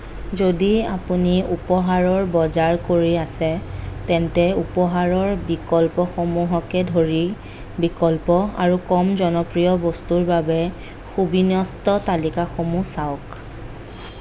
যদি আপুনি উপহাৰৰ বজাৰ কৰি আছে তেন্তে উপহাৰৰ বিকল্পসমূহকে ধৰি বিকল্প আৰু কম জনপ্ৰিয় বস্তুৰ বাবে সুবিন্যস্ত তালিকাসমূহ চাওক